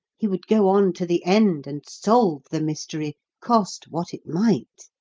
he would go on to the end, and solve the mystery, cost what it might.